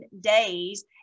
days